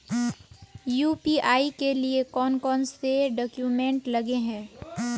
UPI के लिए कौन कौन से डॉक्यूमेंट लगे है?